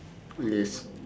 yes